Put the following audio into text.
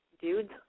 dudes